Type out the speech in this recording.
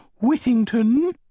Whittington